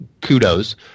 kudos